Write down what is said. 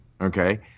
Okay